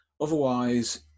otherwise